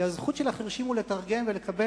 כי הזכות של החירשים היא לקבל,